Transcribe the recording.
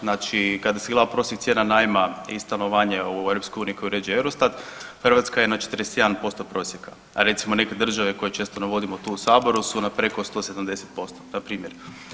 Znači kada se gledao prosjek cijena najma i stanovanje u EU koju uređuje Eurostat, Hrvatska je 41% prosjeka, a recimo neke države koje često navodimo tu u saboru su na preko 170% to je primjer.